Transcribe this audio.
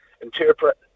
interpret